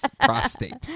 Prostate